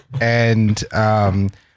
and-